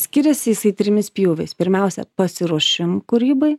skiriasi jisai trimis pjūviais pirmiausia pasiruošimu kūrybai